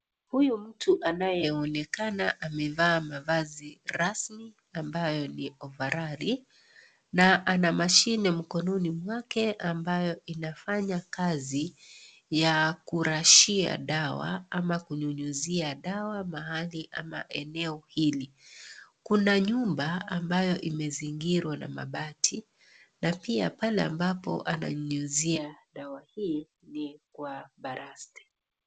Huyu mtu anayeonekana amevaa mavazi rasmi ambayo ni ovaroli na ana mashini mkononi mwake ambayo inafanya kazi ya kurashia dawa ama kunyunyuzia dawa mahali ama eneo hili. Kuna nyumba ambayo imezingirwa na mabati na pia pale ambapo ananyunyizia dawa hii ni kwa baraste.